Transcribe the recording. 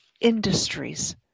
Industries